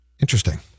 Interesting